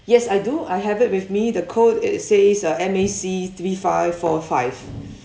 yes I do I have it with me the code it says uh M A C three five four five